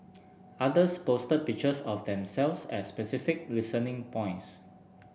others posted pictures of themselves at specific listening points